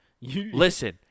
Listen